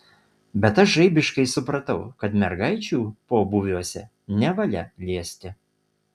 bet aš žaibiškai supratau kad mergaičių pobūviuose nevalia liesti